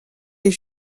les